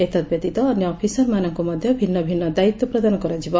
ଏତଦ୍ବ୍ୟତୀତ ଅନ୍ୟ ଅଫିସରମାନଙ୍କୁ ମଧ ଭିନ୍ ଭିନ୍ ଦାୟିତ୍ୱ ପ୍ରଦାନ କରାଯିବ